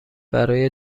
برای